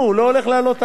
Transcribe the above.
אל תסמכו עליו.